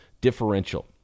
differential